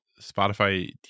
Spotify